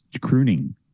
crooning